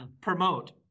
promote